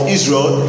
Israel